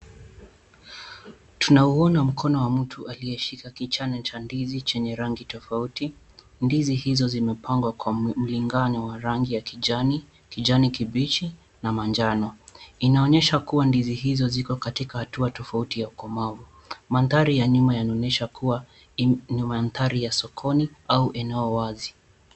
Tunauona mkono wa mtu aliyeshika kuchane cha ndizi, chenye rangi tofauti, ndizi hizo zimepangwa kwa mlingano wa rangi ya kijani, kijani kibichi na manjano. Inaonyesha kuwa ndizi hizo ziko katika hatua tofauti ya ukomavu. Mandhari ya nyuma yanaonyesha kuwa ni mandhari ya sokoni au eneo wazi.